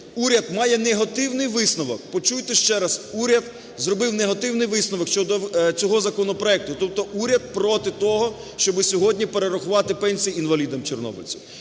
уряд має негативний висновок. Почуйте ще раз, уряд зробив негативний висновок щодо цього законопроекту, тобто уряд проти того, щоби сьогодні перерахувати пенсії інвалідам-чорнобильцям.